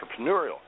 entrepreneurial